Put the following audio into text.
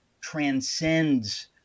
transcends